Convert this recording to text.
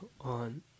on